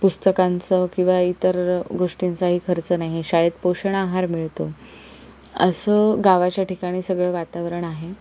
पुस्तकांचं किंवा इतर गोष्टींचाही खर्च नाही शाळेत पोषण आहार मिळतो असं गावाच्या ठिकाणी सगळं वातावरण आहे